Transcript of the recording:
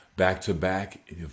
back-to-back